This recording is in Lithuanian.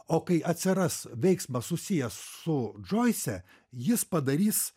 o kai atsiras veiksmas susijęs su džoise jis padarys